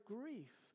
grief